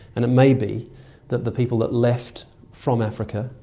and it may be that the people that left from africa,